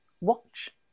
watch